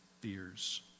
fears